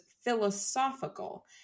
philosophical